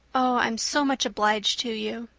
oh, i'm so much obliged to you.